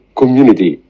community